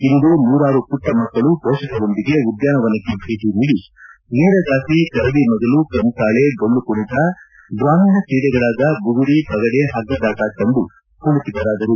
ಇಂದು ನೂರಾರು ಮಟ್ಟ ಮಕ್ಕಳು ಪೋಷಕರೊಂದಿಗೆ ಉದ್ಯಾನವನಕ್ಕೆ ಭೇಟಿ ನೀಡಿ ವೀರಗಾಸೆ ಕರಡಿಮಜಲು ಕಂಸಾಳೆ ಡೊಳ್ಳು ಕುಣಿತ ಗ್ರಾಮೀಣ ತ್ರೀಡೆಗಳಾದ ಬುಗುರಿ ಪಗಡೆ ಪಗ್ಗದಾಟ ಕಂಡು ಮಳಕಿತರಾದರು